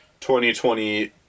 2020